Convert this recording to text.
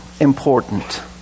important